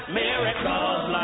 miracles